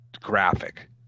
graphic